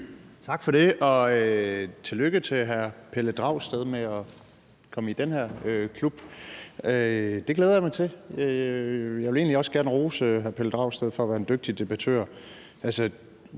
Tak for det, og tillykke til hr. Pelle Dragsted med at komme i den her klub; det glæder jeg mig til. Jeg vil egentlig også gerne rose hr. Pelle Dragsted for at være en dygtig debattør.